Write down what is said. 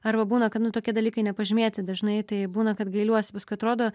arba būna kad nu tokie dalykai nepažymėti dažnai tai būna kad gailiuosi paskui atrodo